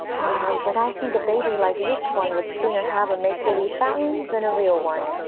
but i think a baby like this one would sooner have a make-believe fountain than a real one,